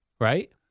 right